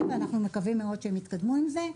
ואנחנו מקווים מאוד שהם יתקדמו עם זה.